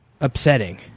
upsetting